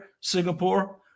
Singapore